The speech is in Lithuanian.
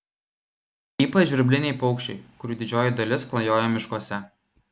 ypač žvirbliniai paukščiai kurių didžioji dalis klajoja miškuose